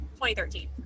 2013